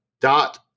dot